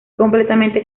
completamente